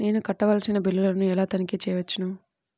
నేను కట్టవలసిన బిల్లులను ఎలా తనిఖీ చెయ్యవచ్చు?